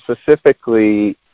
specifically